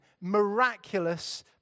miraculous